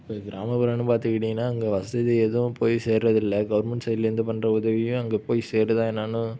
இப்போ கிராமப்புறம்னு பார்த்துக்கிட்டீங்கன்னா அங்கே வசதி எதுவும் போய் சேரதில்லை கவர்மெண்ட் சைடுலேருந்து பண்ற உதவியும் அங்கே போய் சேருதா என்னான்னும்